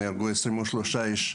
נהרגו 23 איש,